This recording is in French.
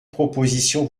propositions